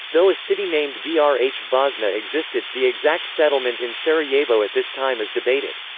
though a city named vrhbosna existed, the exact settlement in sarajevo at this time is debated.